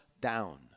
down